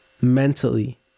Mentally